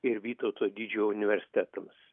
ir vytauto didžiojo universitetams